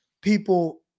people –